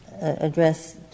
address